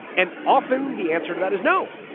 and often the answer to that is, no.